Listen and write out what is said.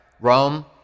Rome